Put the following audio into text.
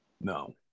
No